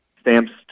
Stamps